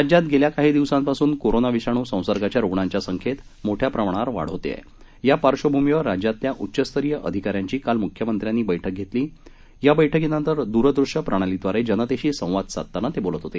राज्यात गेल्या काही दिवसांपासून कोरोना विषाणू संसर्गाच्या रुग्णांच्या संख्येत मोठ्या प्रमाणावर वाढ होत आहे या पार्श्वभूमीवर राज्यातल्या उच्चस्तरीय अधिकाऱ्यांची काल मुख्यमंत्र्यांनी एक बैठक घेतली या बैठकीनंतर दुरदृश्य प्रणालीद्वारे जनतेशी संवाद साधताना ते बोलत होते